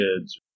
kids